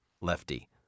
Lefty